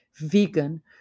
vegan